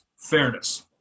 fairness